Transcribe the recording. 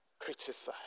criticize